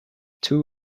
two